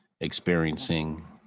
experiencing